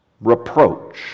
reproach